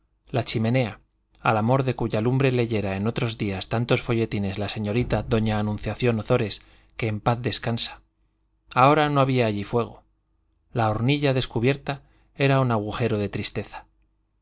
la chimenea al amor de cuya lumbre leyera en otros días tantos folletines la señorita doña anunciación ozores que en paz descansa